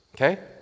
Okay